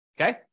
Okay